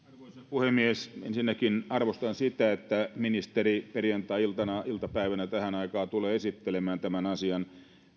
puhemies ensinnäkin arvostan sitä että ministeri perjantai iltapäivänä tähän aikaan tulee esittelemään tämän asian